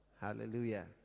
hallelujah